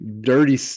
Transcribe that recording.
dirty